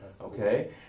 Okay